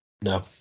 No